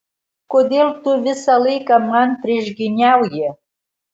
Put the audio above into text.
kodėl tu visą laiką man priešgyniauji